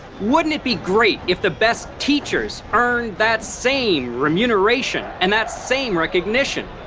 wouldn't it be great if the best teachers earned that same remuneration and that same recognition?